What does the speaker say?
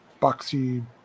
boxy